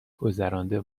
گذرانده